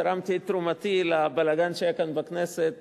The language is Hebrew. תרמתי את תרומתי לבלגן שהיה בכנסת